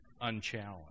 unchallenged